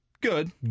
good